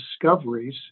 discoveries